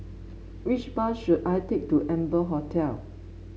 which bus should I take to Amber Hotel